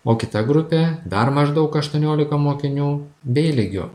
o kita grupė dar maždaug aštuoniolika mokinių bė lygiu